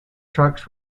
trucks